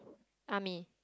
army